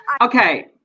Okay